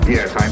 Yes